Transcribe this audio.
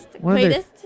greatest